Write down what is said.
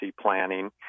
planning